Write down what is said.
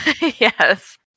Yes